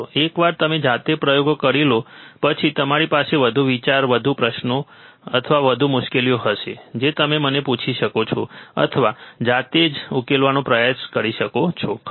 એકવાર તમે જાતે પ્રયોગ કરી લો પછી તમારી પાસે વધુ વિચાર અથવા વધુ પ્રશ્નો અથવા વધુ મુશ્કેલીઓ હશે જે તમે મને પૂછી શકો છો અથવા જાતે જ ઉકેલવાનો પ્રયાસ કરી શકો છો ખરું